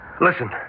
Listen